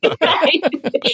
right